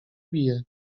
bije